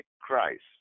Christ